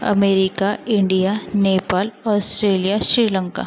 America India Nepal Australia Sri Lanka